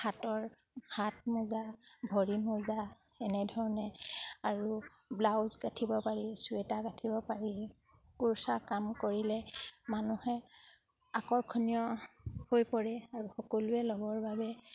হাতৰ হাত মোজা ভৰি মোজা এনেধৰণে আৰু ব্লাউজ গাঠিব পাৰি চুৱেটাৰ গাঠিব পাৰি কুৰুচা কাম কৰিলে মানুহে আকৰ্ষণীয় হৈ পৰে আৰু সকলোৱে ল'বৰ বাবে